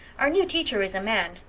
our new teacher is a man.